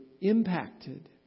impacted